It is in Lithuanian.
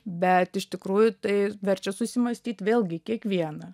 bet iš tikrųjų tai verčia susimąstyt vėlgi kiekvieną